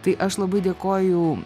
tai aš labai dėkoju